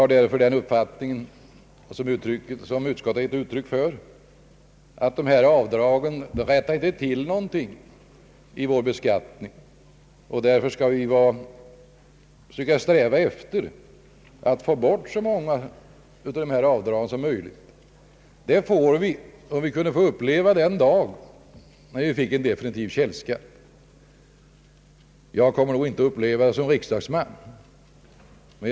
Jag har den uppfattningen, som utskottet har gett uttryck för, att dessa avdrag inte rättar till någonting i vår beskattning, och därför skall vi sträva efter att få bort så många av dem som möjligt. Det skulle vi få, om vi finge uppleva den dag då en definitiv källskatt kunde införas. Jag kommer nog inte att uppleva den dagen som riksdagsman.